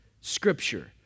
scripture